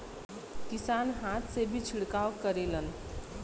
किसान हाथ से भी छिड़काव करेलन